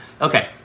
okay